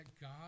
God